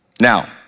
Now